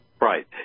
Right